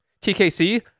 tkc